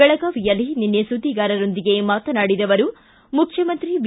ಬೆಳಗಾವಿಯಲ್ಲಿ ನಿನ್ನೆ ಸುದ್ವಿಗಾರರೊಂದಿಗೆ ಮಾತನಾಡಿದ ಅವರು ಮುಖ್ಯಮಂತ್ರಿ ಬಿ